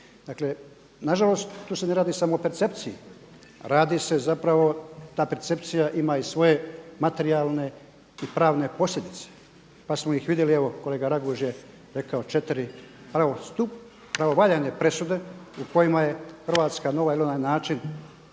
Dakle, nažalost tu se ne radi samo o percepciji, radi se zapravo ta percepcija ima i svoje materijalne i pravne posljedice, pa smo ih vidjeli evo kolega Raguž je rekao 4 pravovaljane presude u kojima je Hrvatska na ovaj ili onaj način